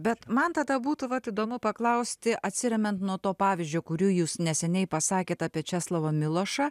bet man tada būtų vat įdomu paklausti atsiremiant nuo to pavyzdžio kurį jūs neseniai pasakėt apie česlovą milošą